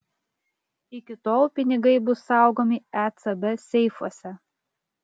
iki tol pinigai bus saugomi ecb seifuose